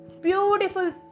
beautiful